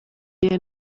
gihe